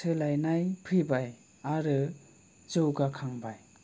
सोलायनाय फैबाय आरो जौगाखांबाय